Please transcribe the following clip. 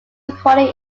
recording